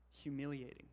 humiliating